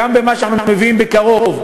גם במה שאנחנו מביאים בקרוב,